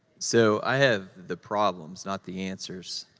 so, i have the problems, not the answers.